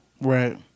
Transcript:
Right